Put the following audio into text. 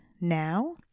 now